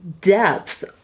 depth